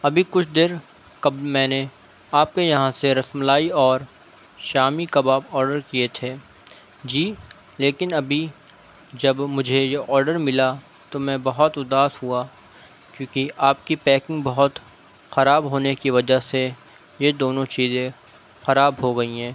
ابھی کچھ دیر قبل میں نے آپ کے یہاں سے رس ملائی اور شامی کباب آڈر کیے تھے جی لیکن ابھی جب مجھے یہ آڈر ملا تو میں بہت اداس ہوا کیونکہ آپ کی پیکنگ بہت خراب ہونے کی وجہ سے یہ دونوں چیزیں خراب ہو گئیں ہیں